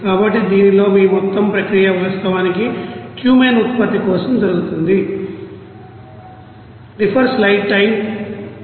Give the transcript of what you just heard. కాబట్టి దీనిలో మీ మొత్తం ప్రక్రియ వాస్తవానికి క్యూమెన్ ఉత్పత్తి కోసం జరుగుతోంది